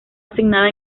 asignada